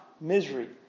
misery